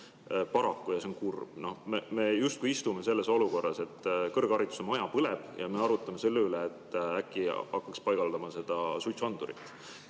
paraku. Ja see on kurb. Me justkui istume selles olukorras, et kõrghariduse maja põleb, meie aga arutame selle üle, et äkki hakkaks paigaldama suitsuandurit. Ja